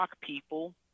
people